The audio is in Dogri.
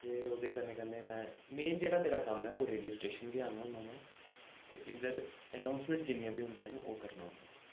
ते ओह्दे कन्नै कन्नै में मीं जेह्ड़ा मेरा कम्म ऐ रोडियो स्टेशन गै आह्ना होन्नां मैं ते इद्धर अनौंसमैंट जिन्नियां बी होंदियां न ओह् करना होन्नां मैं